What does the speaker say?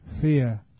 Fear